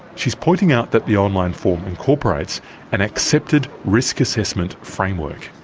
she is pointing out that the online form incorporates an accepted risk assessment framework.